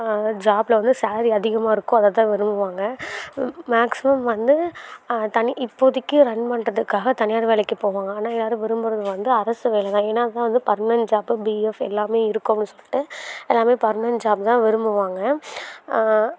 ஜாபில் வந்து சேலரி அதிகமாக இருக்கோ அதை தான் விரும்புவாங்க மேக்ஸிமம் வந்து தனி இப்போதிக்கு ரன் பண்ணுறதுக்காக தனியார் வேலைக்கிப்போவாங்க ஆனால் யாரும் விரும்புகிறது வந்து அரசு வேலைதான் ஏனாக்கா வந்து பர்மெண்ட் ஜாப்பு பிஃஎப் எல்லாமே இருக்கவும் சொல்லிடு எல்லாமே பர்மணென்ட் ஜாப் தான் விரும்புவாங்க